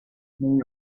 negli